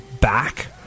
back